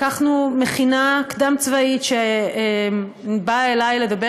לקחנו מכינה קדם-צבאית שבאה אלי לדבר